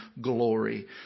glory